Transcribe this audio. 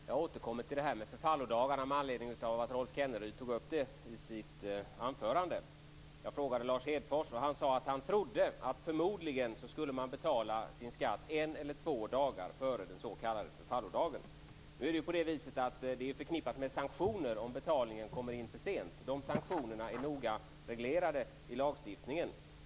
Fru talman! Jag återkommer till frågan om förfallodagarna med anledning av att Rolf Kenneryd tog upp den i sitt anförande. Jag frågade Lars Hedfors. Han sade att han trodde att man förmodligen skulle betala sin skatt en eller två dagar före den s.k. förfallodagen. Nu är det förknippat med sanktioner om betalningen kommer in för sent. De sanktionerna är noga reglerade i lagstiftningen.